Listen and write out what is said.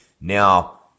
now